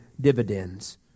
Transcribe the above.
dividends